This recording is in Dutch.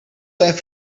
zijn